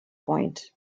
point